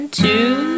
two